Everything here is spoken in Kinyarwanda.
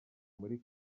muri